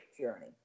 journey